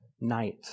night